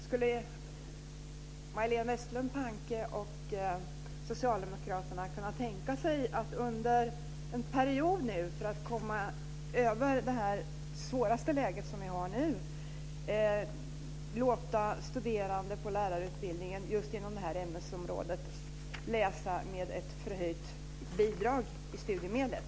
Skulle Majléne Westerlund Panke och socialdemokraterna kunna tänka sig att under en period, för att komma över det svåra läget nu, låta studerande på lärarutbildningen inom detta ämnesområde läsa med ett förhöjt bidrag i studiemedlen?